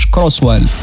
Crosswell